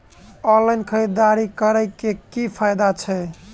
Online खरीददारी करै केँ की फायदा छै?